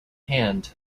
hand